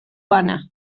bana